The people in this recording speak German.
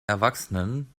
erwachsenen